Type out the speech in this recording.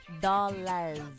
Dollars